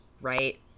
right